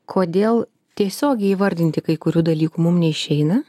kodėl tiesiogiai įvardinti kai kurių dalykų mum neišeina